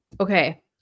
okay